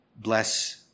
Bless